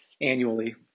annually